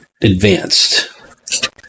advanced